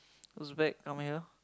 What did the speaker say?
Uzbek come here